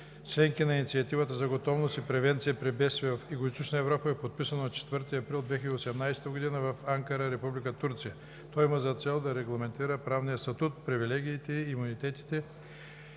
членки на Инициативата за готовност и превенция при бедствия в Югоизточна Европа, е подписано на 4 април 2018 г. в Анкара, Република Турция. То има за цел да регламентира правния статут, привилегиите и имунитетите,